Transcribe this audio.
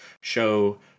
show